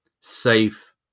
safe